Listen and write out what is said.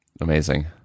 Amazing